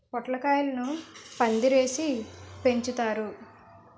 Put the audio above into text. పొట్లకాయలను పందిరేసి పెంచుతారు